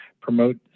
promote